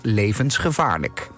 levensgevaarlijk